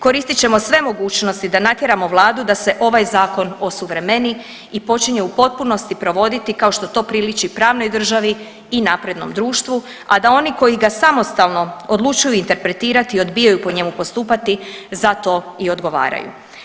Koristit ćemo sve mogućnosti da natjeramo vladu da se ovaj zakon osuvremeni i počinje u potpunosti provoditi kao što to priliči pravnoj državi i naprednom društvu, a da oni koji ga samostalno odlučuju interpretirati i odbijaju po njemu postupati za to i odgovaraju.